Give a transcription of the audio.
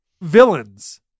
Villains